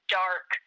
dark